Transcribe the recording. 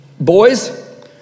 boys